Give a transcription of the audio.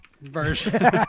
version